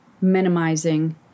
minimizing